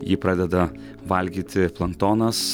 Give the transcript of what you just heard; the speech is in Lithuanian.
jį pradeda valgyti planktonas